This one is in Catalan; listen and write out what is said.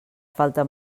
falta